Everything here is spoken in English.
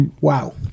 wow